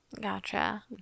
Gotcha